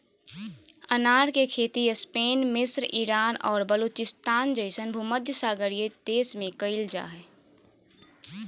अनार के खेती स्पेन मिस्र ईरान और बलूचिस्तान जैसन भूमध्यसागरीय देश में कइल जा हइ